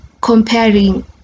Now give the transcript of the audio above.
comparing